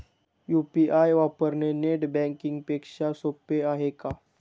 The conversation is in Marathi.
यु.पी.आय वापरणे नेट बँकिंग पेक्षा सोपे आहे का?